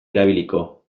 erabiliko